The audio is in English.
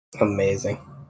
Amazing